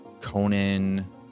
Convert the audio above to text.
Conan